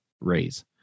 raise